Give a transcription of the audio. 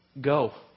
go